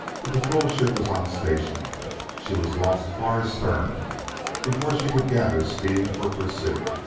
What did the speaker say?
the patrol-ship was on station she was lost far astern before she could gather speed for pursuit.